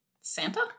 Santa